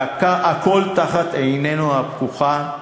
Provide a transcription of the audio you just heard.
והכול תחת עיננו הפקוחה,